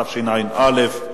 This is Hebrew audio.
התשע"א 2011,